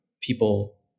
people